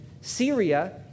Syria